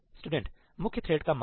student मुख्य thread का मान